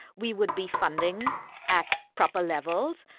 we would be funding at proper levels.